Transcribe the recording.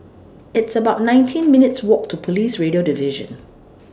It's about nineteen minutes' Walk to Police Radio Division